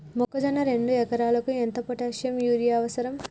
మొక్కజొన్న రెండు ఎకరాలకు ఎంత పొటాషియం యూరియా అవసరం?